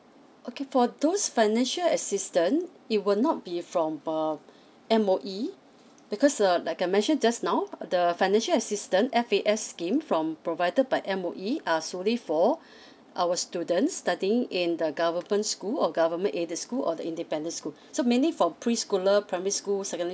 okay for those financial assistance it will not be from err M_O_E because uh like I mentioned just now uh the financial assistance F_A_S scheme from provided by M_O_E are solely for our students studying in the government school or government aided school or the independent school so mainly for preschooler primary school secondary